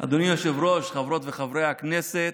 אדוני היושב-ראש, חברות וחברי הכנסת,